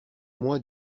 moi